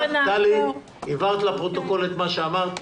הבהרת לפרוטוקול את מה שאמרת.